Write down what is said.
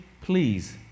please